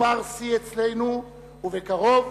מספר שיא אצלנו, ובקרוב